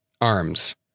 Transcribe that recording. Arms